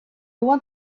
want